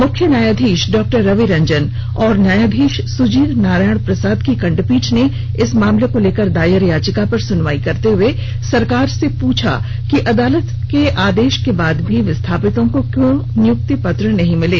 मुख्य न्यायधीश डॉ रवि रंजन और न्यायधीश सुजीत नारायण प्रसाद की खंडपीठ ने इस मामले को लेकर दायर याचिका पर सुनवाई करते हुई सरकार से पूछा कि अदालत के आदेश के बाद भी विस्थापितों को क्यों नियुक्ति पत्र नहीं मिला है